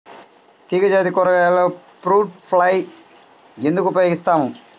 తీగజాతి కూరగాయలలో fruit fly ఎందుకు ఉపయోగిస్తాము?